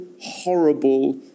horrible